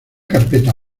carpeta